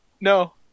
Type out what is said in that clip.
No